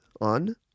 on